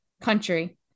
country